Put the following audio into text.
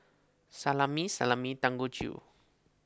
Salami Salami and Dangojiru